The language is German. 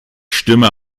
stimme